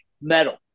metal